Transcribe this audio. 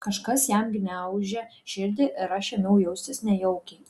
kažkas jam gniaužė širdį ir aš ėmiau jaustis nejaukiai